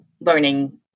learning